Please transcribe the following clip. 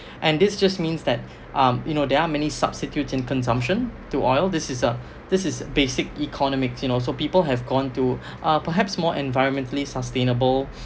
and this just means that um you know there are many substitute in consumption to oil this is a this is basic economics you know so people have gone to uh perhaps more environmentally sustainable